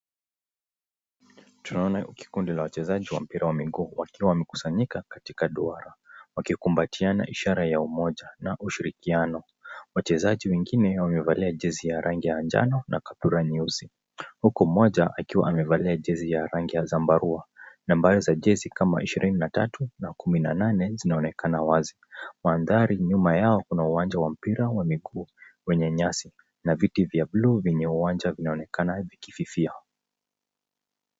Tunaona kikundi cha wachezaji wa mpira wa mguu wakiwa wamekusanyika katika duara, wakikumbatiana ishara ya umoja na ushirikiano. Wachezaji wengine, wamevalia jezi ya rangi ya njano na kaptura nyeusi huku mmoja akiwa amevalia jezi ya rangi ya zambarua. Nambari ya inaonekana wazi. Mandhari nyuma yao kuna uwanja mpira wa mguu wenye nyasi na viti vya bluu kwenye uwanja zinaonekana zikififia.